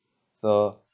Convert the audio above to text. so